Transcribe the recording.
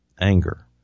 anger